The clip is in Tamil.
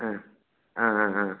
ஆ ஆ ஆ ஆ